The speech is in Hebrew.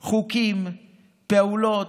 חוקים, פעולות.